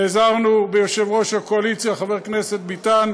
נעזרנו ביושב-ראש הקואליציה חבר הכנסת ביטן,